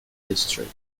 district